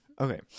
Okay